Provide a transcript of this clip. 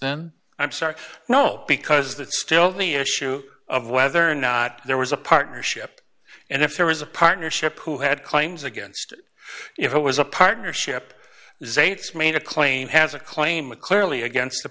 i i'm sorry no because that still the issue of whether or not there was a partnership and if there was a partnership who had claims against if it was a partnership zients made a claim has a claim clearly against the